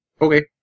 Okay